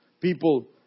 People